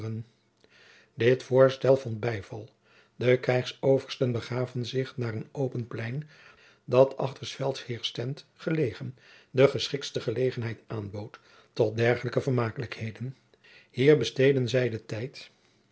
dit voorstel vond bijval de krijgsoversten begaven zich naar een open plein dat achter s veldheers tent gelegen de geschiktste gelegenheid aanbood tot dergelijke vermakelijkheden hier besteedden zij den tijd